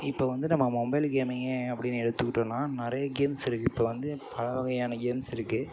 இப்போ வந்து நம்ம மொபைல் கேமையே அப்படின்னு எடுத்துகிட்டோம்னா நிறைய கேம்ஸ் இருக்கு இப்போ வந்து பலவகையான கேம்ஸ் இருக்கு